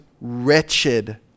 wretched